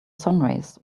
sunrise